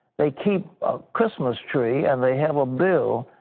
they keep a christmas tree, and they have a bill,